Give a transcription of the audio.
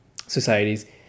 societies